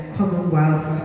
Commonwealth